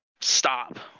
Stop